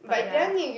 but ya